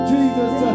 Jesus